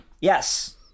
Yes